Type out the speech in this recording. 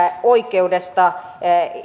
oikeudesta